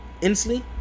Inslee